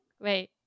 wait